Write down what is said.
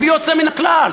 בלי יוצא מהכלל.